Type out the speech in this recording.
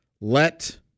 Let